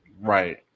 Right